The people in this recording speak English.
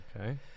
Okay